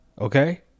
Okay